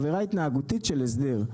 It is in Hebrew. עבירה התנהגותית של הסדר.